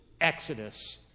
exodus